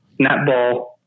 netball